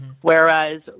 Whereas